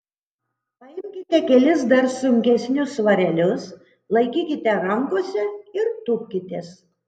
paimkite kelis dar sunkesnius svarelius laikykite rankose ir tūpkitės